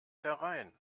herein